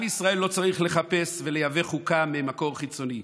עם ישראל לא צריך לחפש ולייבא חוקה ממקור חיצוני.